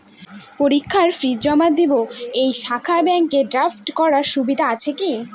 পরীক্ষার ফি জমা দিব এই শাখায় ব্যাংক ড্রাফট করার সুবিধা আছে কি?